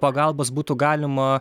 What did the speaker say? pagalbos būtų galima